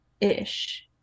ish